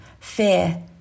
fear